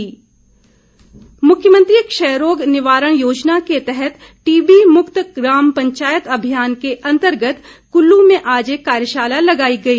कार्यशाला मुख्यमंत्री क्षय रोग निवारण योजना के तहत टीबी मुक्त ग्राम पंचायत अभियान के अंतर्गत कुल्लू में आज एक कार्यशाला लगाई गई